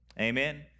Amen